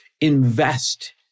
invest